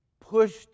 pushed